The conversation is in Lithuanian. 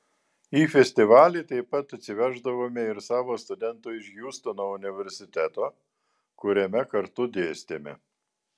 į festivalį taip pat atsiveždavome ir savo studentų iš hjustono universiteto kuriame kartu dėstėme